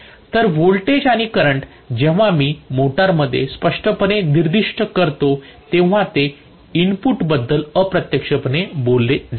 तर व्होल्टेज आणि करंट जेव्हा मी मोटरमध्ये स्पष्टपणे निर्दिष्ट करतो तेव्हा ते इनपुटबद्दल अप्रत्यक्षपणे बोलले जाईल